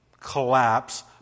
collapse